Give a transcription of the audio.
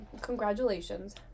Congratulations